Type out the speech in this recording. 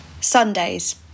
Sundays